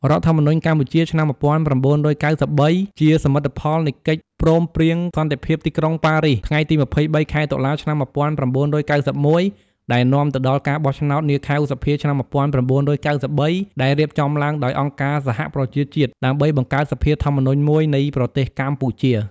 រដ្ឋធម្មនុញ្ញកម្ពុជាឆ្នាំ១៩៩៣ ជាសមិទ្ធផលនៃកិច្ចព្រមព្រៀងសន្តិភាពទីក្រុងប៉ារីស ថ្ងៃទី២៣ ខែតុលា ឆ្នាំ១៩៩១ ដែលនាំទៅដល់ការបោះឆ្នោត នាខែឧសភា ឆ្នាំ១៩៩៣ ដែលរៀបចំឡើងដោយអង្គការសហប្រជាជាតិ ដើម្បីបង្កើតសភាធម្មនុញ្ញមួយនៃប្រទេសកម្ពុជា។